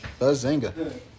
Buzzinga